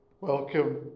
Welcome